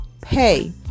pay